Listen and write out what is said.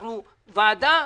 אנחנו ועדה